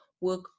work